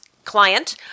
client